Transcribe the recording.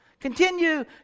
Continue